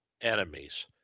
enemies